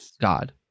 God